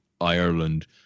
ireland